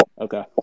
okay